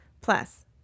Plus